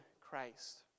Christ